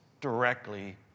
directly